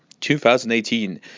2018